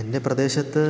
എൻ്റെ പ്രദേശത്ത്